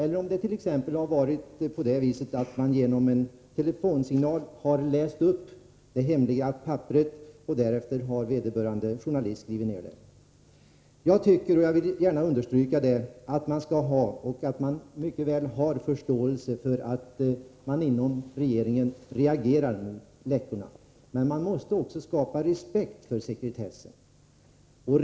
Det kan t.ex. ha gått till på det viset att det hemliga papperet har lästs upp under ett telefonsamtal och att vederbörande journalist därefter har skrivit ned innehållet. Jag vill gärna understryka att vi mycket väl kan förstå att man inom = Nr 151 regeringen reagerar mot läckorna, men man måste också skapa respekt för Onsdagen den sekretessen.